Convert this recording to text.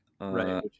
Right